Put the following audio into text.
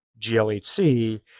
GLHC